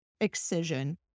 Excision